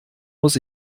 muss